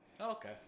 okay